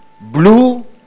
Blue